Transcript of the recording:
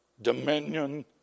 Dominion